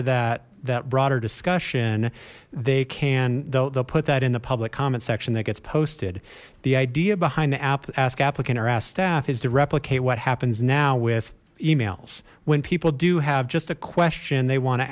of that that broader discussion they can though they'll put that in the public comment section that gets posted the idea behind the app ask applicant or a staff is to replicate what happens now with emails when people do have just a question they want to